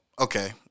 okay